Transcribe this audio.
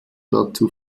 dazu